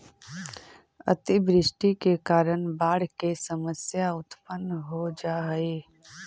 अतिवृष्टि के कारण बाढ़ के समस्या उत्पन्न हो जा हई